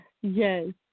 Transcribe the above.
Yes